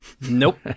Nope